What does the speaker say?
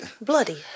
Bloody